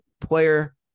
player